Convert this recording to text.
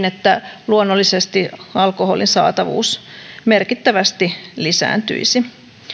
että luonnollisesti alkoholin saatavuus merkittävästi lisääntyisi